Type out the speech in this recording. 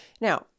Now